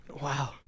Wow